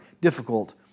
difficult